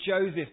Joseph